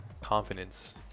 confidence